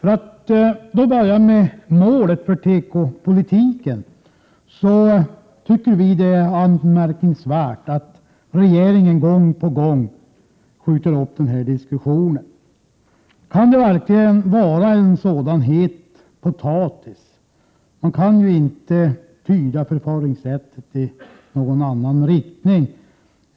Vad gäller målen för tekopolitiken finner vi det anmärkningsvärt att regeringen gång på gång skjuter upp en diskussion därom. Kan det verkligen vara en så het potatis? Förfaringssättet kan inte tydas i annan riktning.